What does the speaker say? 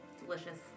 Delicious